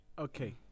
Okay